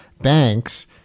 banks